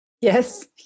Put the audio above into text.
Yes